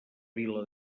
vila